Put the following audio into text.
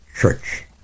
church